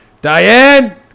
Diane